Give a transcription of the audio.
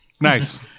Nice